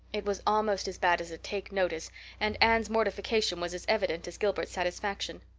it was almost as bad as a take-notice and anne's mortification was as evident as gilbert's satisfaction.